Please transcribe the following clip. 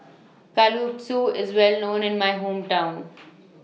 Kalguksu IS Well known in My Hometown